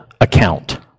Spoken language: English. account